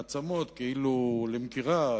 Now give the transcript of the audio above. עצמות כאילו למכירה,